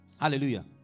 Hallelujah